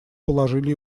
положили